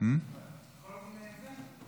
אפשר להביא את זה?